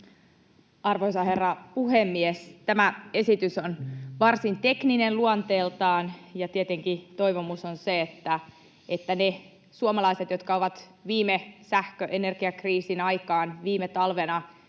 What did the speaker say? Arvoisa herra puhemies! Tämä esitys on varsin tekninen luonteeltaan, ja tietenkin toivomus on se, että ne suomalaiset, jotka ovat sähkö-, energiakriisin aikaan viime talvena